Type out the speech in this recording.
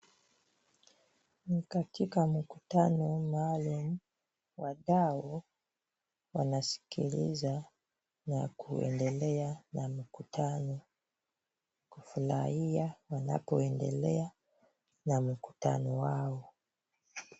Ni katika mkutano maalum. Wadau wanasikiliza na kuendelea na mkutano. Kufurahia wanapoendelea na mkutano wao.